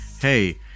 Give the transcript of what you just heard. hey